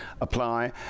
apply